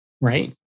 Right